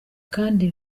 kandi